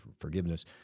forgiveness